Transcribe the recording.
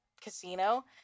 casino